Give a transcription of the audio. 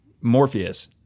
Morpheus